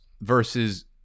versus